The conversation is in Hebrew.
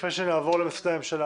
רק אעיר את תשומת ליבכם שהממשלה